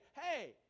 hey